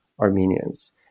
Armenians